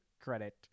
credit